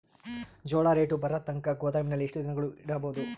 ಜೋಳ ರೇಟು ಬರತಂಕ ಗೋದಾಮಿನಲ್ಲಿ ಎಷ್ಟು ದಿನಗಳು ಯಿಡಬಹುದು?